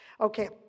Okay